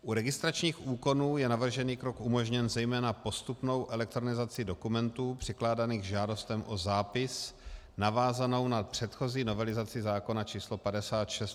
U registračních úkonů je navržený krok umožněn zejména postupnou elektronizací dokumentů přikládaných k žádostem o zápis, navázanou na předchozí novelizaci zákona č. 56/2001 Sb.